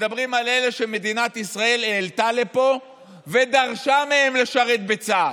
מדברים על אלה שמדינת ישראל העלתה לפה ודרשה מהם לשרת בצה"ל.